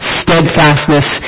steadfastness